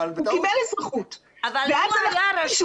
הוא קיבל אזרחות ואז אנחנו רואים שהוא